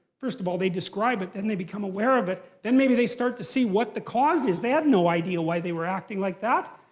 first of all, they describe it, then they become aware of it, then maybe they start to see what the cause is. they had no idea why they were acting like that.